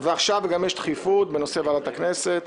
ועכשיו גם יש דחיפות בנושא ועדת הכנסת,